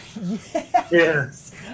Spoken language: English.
Yes